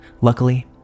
Luckily